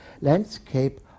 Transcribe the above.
landscape